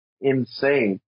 insane